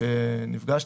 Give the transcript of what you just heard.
זה מה שהחוק אומר במפורש.